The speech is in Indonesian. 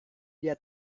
dia